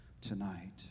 tonight